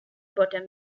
bottom